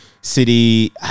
City